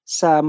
sa